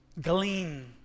glean